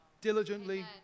diligently